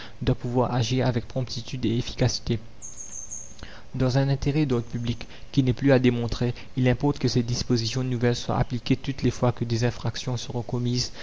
doit pouvoir agir avec promptitude et efficacité dans un intérêt d'ordre public qui n'est plus à démontrer il importe que ces dispositions nouvelles soient appliquées toutes les fois que des infractions seront commises